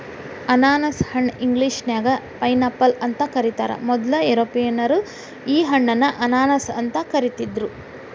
ಅನಾನಸ ಹಣ್ಣ ಇಂಗ್ಲೇಷನ್ಯಾಗ ಪೈನ್ಆಪಲ್ ಅಂತ ಕರೇತಾರ, ಮೊದ್ಲ ಯುರೋಪಿಯನ್ನರ ಈ ಹಣ್ಣನ್ನ ಅನಾನಸ್ ಅಂತ ಕರಿದಿದ್ರು